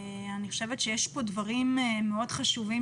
אני חושבת שיש כאן דברים מאוד חשובים